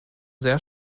sehr